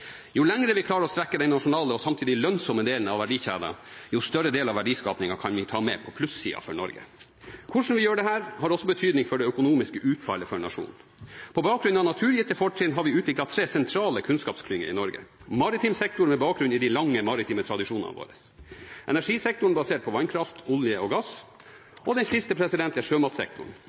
Jo lenger vi klarer å strekke den nasjonale og samtidig lønnsomme delen av verdikjeden, jo større del av verdiskapingen kan vi ta med på plussiden for Norge. Hvordan vi gjør dette har også betydning for det økonomiske utfallet for nasjonen. På bakgrunn av naturgitte fortrinn har vi utviklet tre sentrale kunnskapsklynger i Norge: Maritim sektor, med bakgrunn i de lange maritime tradisjonene våre, energisektoren, basert på vannkraft, olje og gass, og den siste er sjømatsektoren,